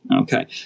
Okay